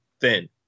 thin